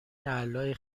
اعلای